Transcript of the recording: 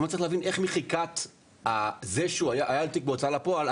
לא מצליח להבין איך מחיקת זה שהיה לו תיק בהוצאה לפועל,